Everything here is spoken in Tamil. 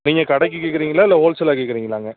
நீங்கள் கடைக்கு கேட்குறீங்களா இல்லை ஹோல் சேலாக கேட்குறீங்களாங்க